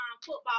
Football